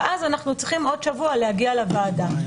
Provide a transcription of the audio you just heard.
ואז אנחנו צריכים עוד שבוע להגיע לוועדה.